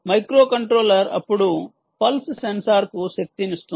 microcontroller అప్పుడు pulse సెన్సార్కు శక్తినిస్తుంది